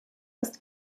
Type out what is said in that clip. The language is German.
ist